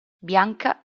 bianca